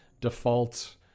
default